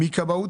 מכבאות?